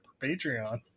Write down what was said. Patreon